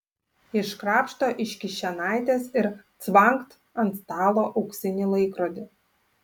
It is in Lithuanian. iškrapšto iš kišenaitės ir cvangt ant stalo auksinį laikrodį